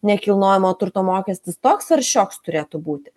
nekilnojamo turto mokestis toks ar šioks turėtų būti